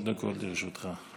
שלוש דקות לרשותך.